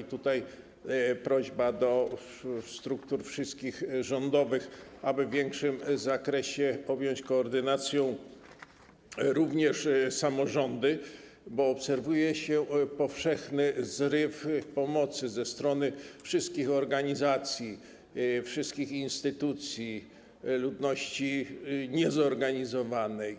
I tutaj prośba do wszystkich struktur rządowych, aby w większym zakresie objąć koordynacją samorządy, bo obserwuje się powszechny zryw pomocy ze strony wszystkich organizacji, wszystkich instytucji, ludności niezorganizowanej,